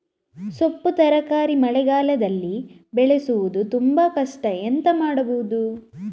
ಸೊಪ್ಪು ತರಕಾರಿ ಮಳೆಗಾಲದಲ್ಲಿ ಬೆಳೆಸುವುದು ತುಂಬಾ ಕಷ್ಟ ಎಂತ ಮಾಡಬಹುದು?